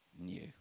new